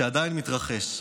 שעדיין מתרחש,